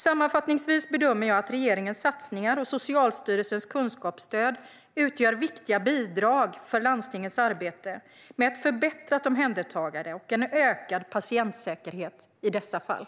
Sammanfattningsvis bedömer jag att regeringens satsningar och Socialstyrelsens kunskapsstöd utgör viktiga bidrag för landstingens arbete med ett förbättrat omhändertagande och en ökad patientsäkerhet i dessa fall.